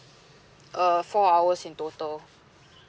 uh four hours in total